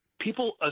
people